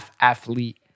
athlete